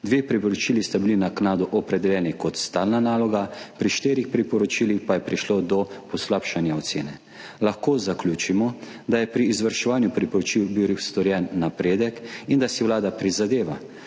Dve priporočili sta bili naknadno opredeljeni kot stalna naloga, pri štirih priporočilih pa je prišlo do poslabšanja ocene. Lahko zaključimo, da je bil pri izvrševanju priporočil storjen napredek in da si Vlada prizadeva,